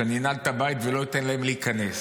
שאני אנעל את הבית ולא אתן להם להיכנס